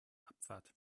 abfahrt